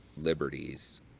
liberties